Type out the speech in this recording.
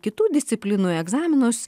kitų disciplinų egzaminus